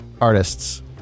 artists